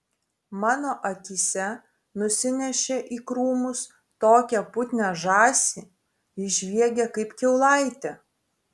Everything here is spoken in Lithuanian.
mano akyse nusinešė į krūmus tokią putnią žąsį ji žviegė kaip kiaulaitė